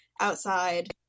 outside